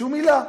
שום מילה.